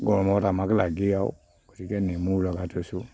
গৰমত আমাক লাগেই আৰু গতিকে নেমু লগাই থৈছোঁ